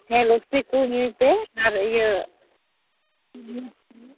ᱦᱮᱸ ᱞᱚᱥᱥᱤ ᱠᱚ ᱧᱩᱭᱯᱮ ᱟᱨ ᱤᱭᱟᱹ ᱛᱩᱨᱢᱩᱡᱽ ᱠᱚ